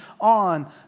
on